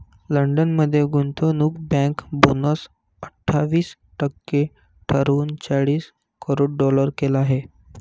London मध्ये गुंतवणूक bank bonus अठ्ठावीस टक्के घटवून चाळीस करोड डॉलर केला आहे